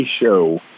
show